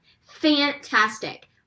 Fantastic